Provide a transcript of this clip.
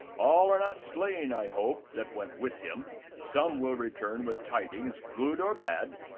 all are not slain, i hope, that went with him some will return with tidings, good or bad.